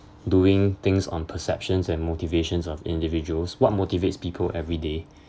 doing things on perceptions and motivations of individuals what motivates people every day